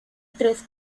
tres